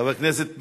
חבר הכנסת בן-ארי.